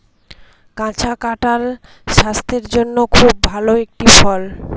কাঁচা কাঁঠাল স্বাস্থের জন্যে খুব ভালো একটি ফল